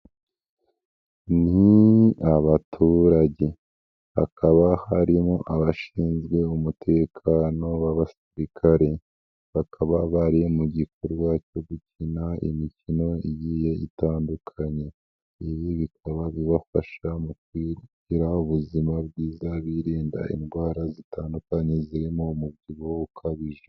Ni abaturage hakaba harimo abashinzwe umutekano b'abasirikare, bakaba bari mu gikorwa cyo gukina imikino igiye itandukanye, ibi bikaba bibafasha mu kwigira ubuzima bwiza birinda indwara zitandukanye zirimo umubyibuho ukabije.